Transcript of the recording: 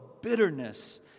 bitterness